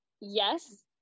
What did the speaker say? yes